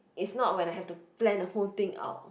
is not when I have to plan the whole thing out